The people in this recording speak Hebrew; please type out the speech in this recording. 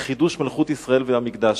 לחידוש מלכות ישראל והמקדש.